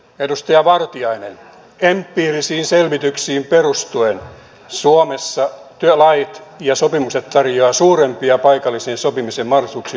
edustaja vartiainen empiirisiin selvityksiin perustuen suomessa työlait ja sopimukset tarjoavat suurempia paikallisen sopimisen mahdollisuuksia kuin käytetään